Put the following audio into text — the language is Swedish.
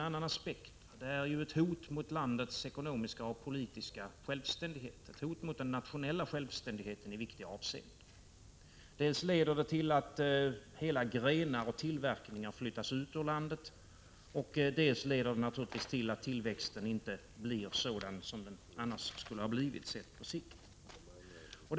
1985/86:158 ett hot mot landets ekonomiska och politiska självständighet, ett hot mot den 2 juni 1986 nationella självständigheten i vissa avseenden. Dels leder det till att hela grenar av tillverkning flyttas ut ur landet, dels leder det naturligtvis till att tillväxten inte blir sådan som den annars skulle ha blivit, sett på sikt.